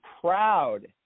proud